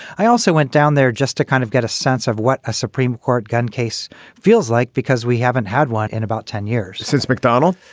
i also went down there just to kind of get a sense of what a supreme court gun case feels like because we haven't had one in about ten years since mcdonnell.